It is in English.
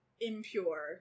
impure